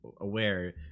aware